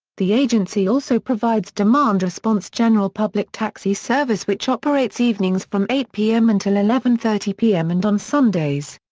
the agency also provides demand response general public taxi service which operates evenings from eight pm until eleven thirty pm and on sundays.